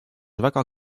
väga